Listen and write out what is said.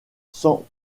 sans